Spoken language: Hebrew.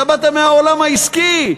אתה באת מהעולם העסקי,